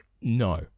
No